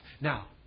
Now